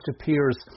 appears